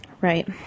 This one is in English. Right